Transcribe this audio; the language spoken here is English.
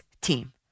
team